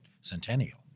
Centennial